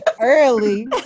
early